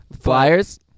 Flyers